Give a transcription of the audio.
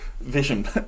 Vision